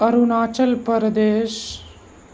Arunachal Pradesh